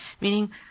Meaning